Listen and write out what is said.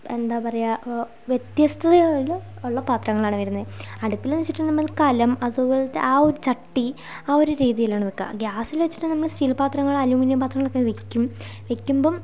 എന്താ പറയുക വ്യത്യസ്ഥത ഉള്ള പാത്രങ്ങളാണ് വരുന്നത് അടുപ്പിലെന്നു വച്ചിട്ടുണ്ടെങ്കിൽ കലം അതുപോലത്തെ ആ ഒരു ചട്ടി ആ ഒരു രീതിയിലാണ് വയ്ക്കുക ഗ്യാസിൽ വച്ചിട്ട് നമ്മൾ സ്റ്റീൽ പാത്രങ്ങൾ അലുമിനിയം പാത്രങ്ങളൊക്കെ വയ്ക്കും വയ്ക്കുമ്പം